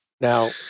Now